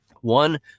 One